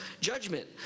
judgment